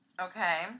Okay